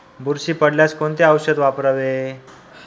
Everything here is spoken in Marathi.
बुरशी पडल्यास कोणते औषध वापरावे?